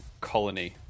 colony